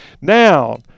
Now